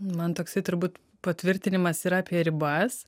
man toksai turbūt patvirtinimas yra apie ribas